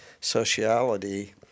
sociality